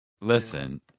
Listen